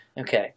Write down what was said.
Okay